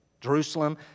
jerusalem